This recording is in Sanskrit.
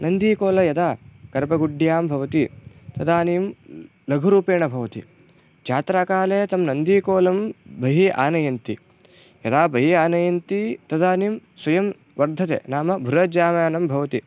नन्दीकोल यदा कर्बगुड्ड्यां भवति तदानीं लघुरूपेण भवति जात्राकाले तं नन्दीकोलं बहि आनयन्ति यदा बहि आनयन्ति तदानीं स्वयं वर्धते नाम बृहज्जायमानं भवति